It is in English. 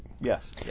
Yes